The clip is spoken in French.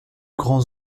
grands